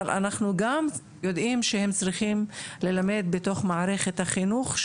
אבל אנחנו גם יודעים שהם צריכים ללמד בתוך מערכת החינוך,